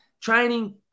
Training